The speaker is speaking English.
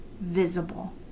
visible